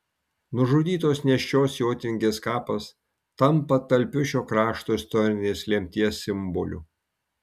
nužudytos nėščios jotvingės kapas tampa talpiu šio krašto istorinės lemties simboliu